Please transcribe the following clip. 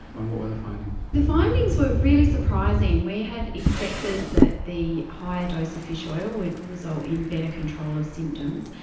and what were the findings? the findings were really surprising. we had expected that the higher dose of fish oil would result in better control of symptoms,